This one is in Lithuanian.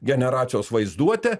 generacijos vaizduotę